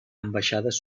ambaixades